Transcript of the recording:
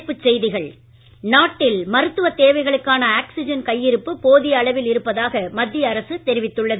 தலைப்புசெய்திகள் நாட்டில் மருத்துவ தேவைகளுக்கான ஆக்சிஜன் கையிருப்பு போதிய அளவில் இருப்பதாக மத்திய அரசு தெரிவித்துள்ளது